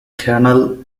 colonel